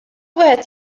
wieħed